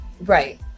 Right